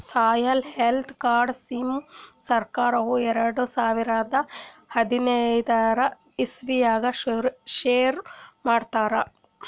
soil health card scheme ಸರ್ಕಾರ್ದವ್ರು ಎರಡ ಸಾವಿರದ್ ಹದನೈದನೆ ಇಸವಿದಾಗ ಶುರು ಮಾಡ್ಯಾರ್